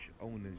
owners